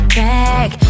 back